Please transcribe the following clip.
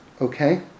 okay